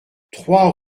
trois